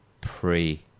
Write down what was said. pre